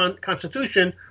constitution